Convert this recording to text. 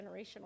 generational